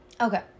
Okay